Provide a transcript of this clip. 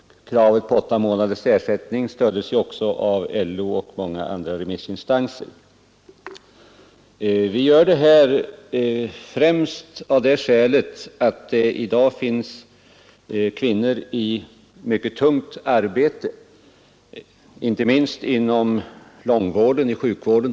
Kravet på ersättning under åtta månader har också stötts av LO och av många andra remissinstanser. Anledningen till vårt krav är att det finns kvinnor med mycket tungt arbete, inte minst inom t.ex. långtidssjukvården.